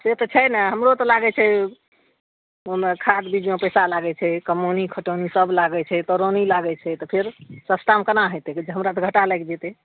से तऽ छै ने हमरो तऽ लागय छै ओइमे खाद बीजमे पैसा लागय छै कमौनी खटौनी सब लागय छै तरौनी लागय छै तऽ फेर सस्तामे केना हेतय हमरा तऽ घाटा लागि जेतय